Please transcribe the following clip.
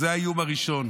אז זה האיום הראשון.